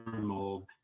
mold